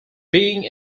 being